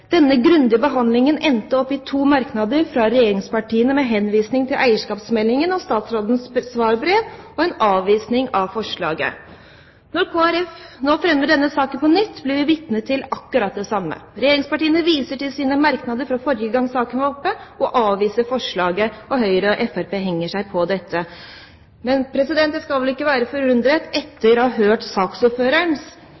Denne «grundige behandlingen» endte opp i to merknader fra regjeringspartiene, med henvisning til eierskapsmeldingen og statsrådens svarbrev, og en avvisning av forslaget. Når Kristelig Folkeparti nå fremmer denne saken på nytt, blir vi vitne til akkurat det samme. Regjeringspartiene viser til sine merknader forrige gang saken var oppe, og avviser forslaget. Høyre og Fremskrittspartiet henger seg på dette. Men en skal vel ikke være forundret